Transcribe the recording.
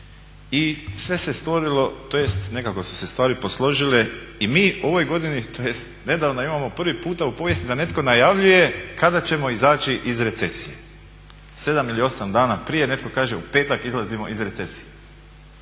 i sve se stvorilo, tj. nekako su se stvari posložile i mi u ovoj godini, tj. nedavno imamo prvi puta u povijesti da netko najavljuje kada ćemo izaći iz recesije. Sedam ili osam dana prije netko kaže u petak izlazimo iz recesije.